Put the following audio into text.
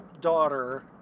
daughter